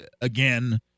again